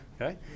okay